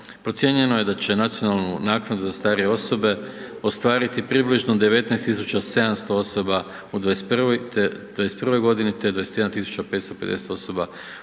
Procijenjeno je da će nacionalnu naknadu za starije osobe ostvariti približno 19 700 osoba u 2021. g. te 21 550 u